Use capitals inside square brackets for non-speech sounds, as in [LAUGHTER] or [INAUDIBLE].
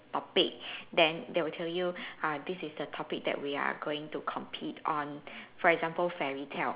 topic [BREATH] then they will tell you ah this is the topic that we are going to compete on for example fairy tale